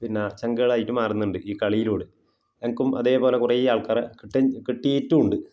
പിന്നെ ചങ്കുകളായിട്ട് മാറുന്നുണ്ട് ഈ കളിയിലൂടെ എനിക്കും അതേപോലെ കുറേ ആൾക്കാറെ കിട്ടിയിട്ടുണ്ട്